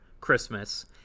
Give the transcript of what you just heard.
Christmas